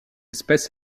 espèce